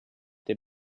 der